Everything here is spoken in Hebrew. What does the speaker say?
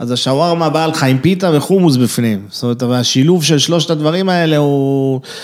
אז השווארמה באה לך עם פיתה וחומוס בפנים. זאת אומרת, השילוב של שלושת הדברים האלה הוא...